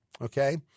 okay